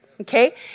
Okay